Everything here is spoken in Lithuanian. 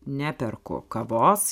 neperku kavos